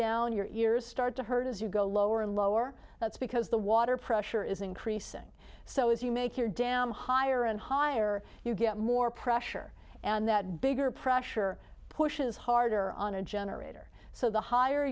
down your ears start to hurt as you go lower and lower that's because the water pressure is increasing so as you make your dam higher and higher you get more pressure and that bigger pressure pushes harder on a generator so the higher